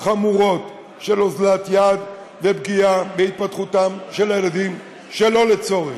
חמורות של אוזלת יד ופגיעה בהתפתחותם של הילדים שלא לצורך.